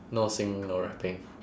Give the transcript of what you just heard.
no singing no rapping